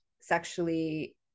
sexually